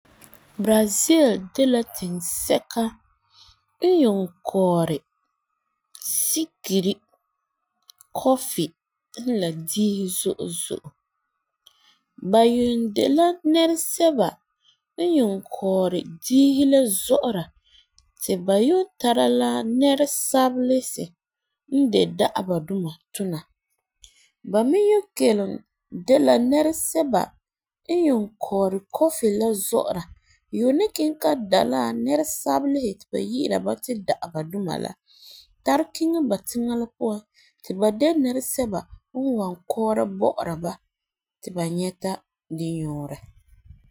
Brazil de la tinsɛka n yuun kɔɔri sikiri, kɔfi la diisi zo'e zo'e. Ba yuun de la nɛreba n yuun kɔɔri diisi la zɔ'ɔra ti ba yuun tara la nɛresabelesi n de da'abeduma tuna, ba me yuun kelum de la nɛresɛba n yuun kɔɔri kɔfi la zɔ'ɔra yuun ni kiŋɛ ka da la nɛresabelesi ti ba yi'ira ba to da'aba duma la tari kiŋɛ ba tiŋa la puan ti ba dɛna nɛresɛba n wan kɔɔra bɔ'ɔra ba to ba nyɛta di nyuurɔ.